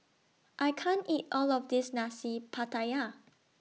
I can't eat All of This Nasi Pattaya